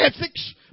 ethics